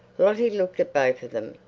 lottie looked at both of them.